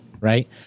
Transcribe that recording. Right